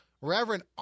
Reverend